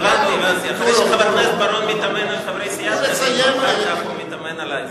אחרי שחבר הכנסת בר-און מתאמן על חברי סיעת קדימה הוא מתאמן עלי,